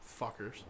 Fuckers